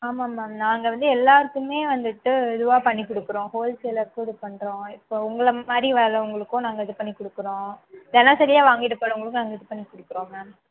ஆமாம் மேம் நாங்கள் வந்து எல்லாேருக்குமே வந்துட்டு இதுவாக பண்ணிக்கொடுக்குறோம் ஹோல் சேலாக கூட பண்ணுறோம் இப்போது உங்களை மாதிரி வரவர்களுக்கும் நாங்கள் இதுப்பண்ணி கொடுக்குறோம் தினசரியா வாங்கிட்டு போகிறவங்களுக்கும் நாங்கள் இதுப்பண்ணி கொடுக்குறோம் மேம்